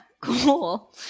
Cool